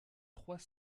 trois